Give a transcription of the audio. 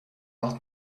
not